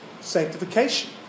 sanctification